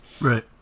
Right